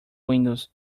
windows